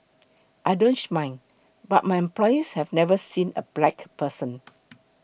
I don't mind but my employees have never seen a black person